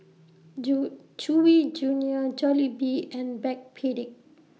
Chewy Junior Jollibee and Backpedic